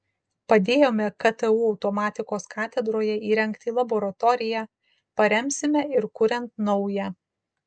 padėjome ktu automatikos katedroje įrengti laboratoriją paremsime ir kuriant naują